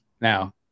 now